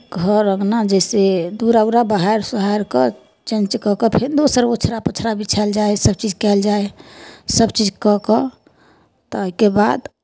घर अङ्गना जइसे दुअरा उरा बहारि सोहारि कऽ चञ्च कऽ कऽ फेन दोसर ओछरा पोछरा बिछायल जाइ हइ सभचीज कयल जाइ हइ सभ चीज कऽ कऽ ताहिके बाद